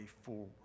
forward